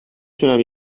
تونم